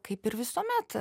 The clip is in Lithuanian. kaip ir visuomet